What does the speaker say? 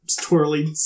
twirly